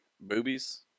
Boobies